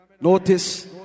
Notice